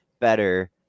better